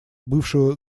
бывшего